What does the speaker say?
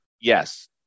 Yes